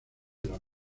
los